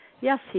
Yes